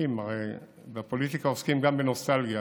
הרי בפוליטיקה עוסקים גם בנוסטלגיה,